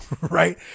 right